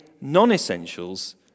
non-essentials